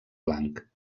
blanc